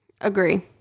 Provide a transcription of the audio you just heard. Agree